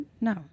no